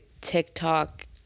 TikTok